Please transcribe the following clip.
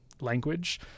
language